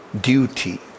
duty